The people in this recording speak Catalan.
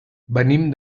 venim